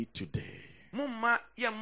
today